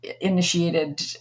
initiated